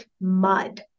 mud